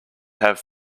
have